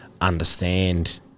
Understand